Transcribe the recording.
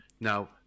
Now